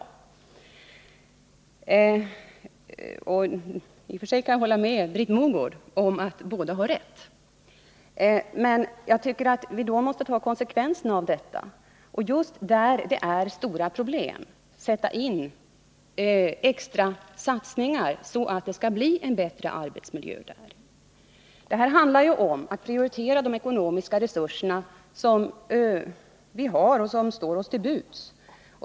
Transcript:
I och för sig kan jag hålla med Britt Mogård om att båda har rätt, men jag tycker att vi då måste ta konsekvenserna av detta genom att just där det finns stora problem sätta in extra satsningar, så att det kan bli en bättre arbetsmiljö där. Det handlar ju här om att prioritera de ekonomiska resurser som står till buds.